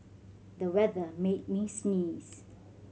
the weather made me sneeze